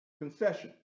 concession